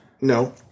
no